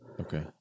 Okay